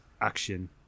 action